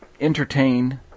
entertain